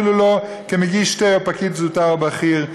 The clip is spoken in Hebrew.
אפילו לא כמגיש תה או פקיד זוטר או בכיר.